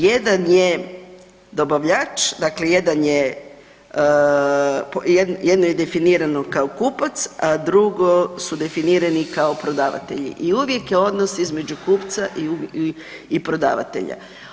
Jedan je dobavljač, dakle jedan je, jedno je definirano kao kupac, a drugo su definirani kao prodavatelji i uvijek je odnos između kupca i prodavatelja.